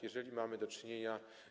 Jeżeli mamy do czynienia.